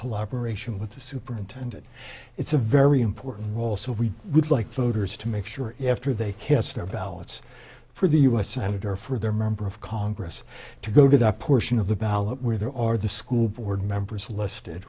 collaboration with the superintendent it's a very important role so we would like voters to make sure after they cast their ballots for the u s senator for their member of congress to go to that portion of the ballot where there are the school board members listed